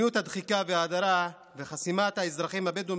מדיניות הדחיקה וההדרה וחסימת האזרחים הבדואים